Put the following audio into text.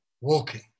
walking